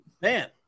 Man